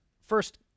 first